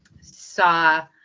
saw